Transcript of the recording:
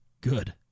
good